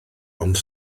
ond